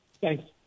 Thanks